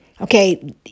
okay